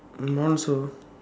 my one also